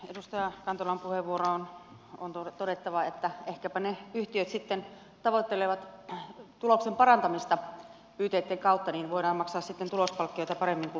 edustaja kantolan puheenvuoroon on todettava että ehkäpä ne yhtiöt sitten tavoittelevat tuloksen parantamista ytitten kautta niin voidaan maksaa sitten tulospalkkioita paremmin kun vähennetään väkeä